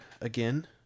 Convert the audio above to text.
again